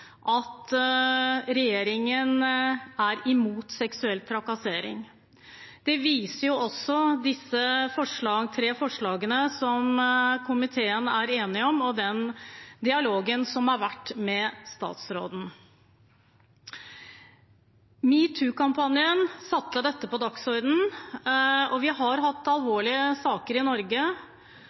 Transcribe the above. at regjeringen er imot seksuell trakassering. Det viser også disse tre forslagene som komiteen er enig om, og den dialogen som har vært med statsråden. Metoo-kampanjen satte dette på dagsordenen, og vi har hatt alvorlige saker i Norge.